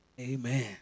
Amen